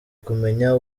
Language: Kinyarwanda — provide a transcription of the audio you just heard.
kumenya